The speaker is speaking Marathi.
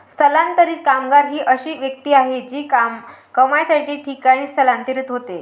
स्थलांतरित कामगार ही अशी व्यक्ती आहे जी कमाईसाठी ठिकाणी स्थलांतरित होते